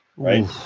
Right